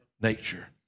nature